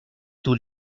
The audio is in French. tous